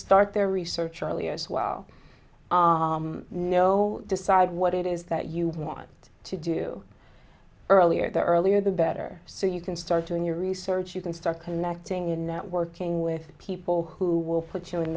start their research early as well know decide what it is that you want to do earlier the earlier the better so you can start doing your research you can start connecting in networking with people who will put you in